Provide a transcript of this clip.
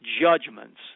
Judgments